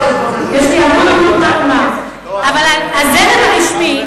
הוא לא התפטר, אז מצוין.